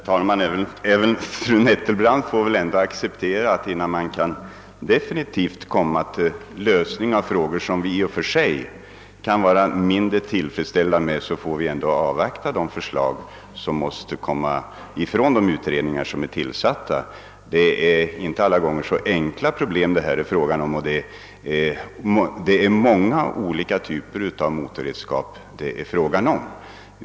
Herr talman! Även fru Nettelbrandt får väl ändå acceptera, att innan vi definitivt kan nå en lösning av frågor, som vi i och för sig kan vara mindre tillfredsställda med, så måste vi avvakta förslagen från tillsatta utredningar. Problemen härvidlag är inte alltid så enkla — det gäller många olika typer av motorredskap.